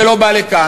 ולא בא לכאן.